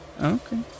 okay